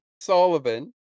Sullivan